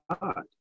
God